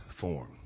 form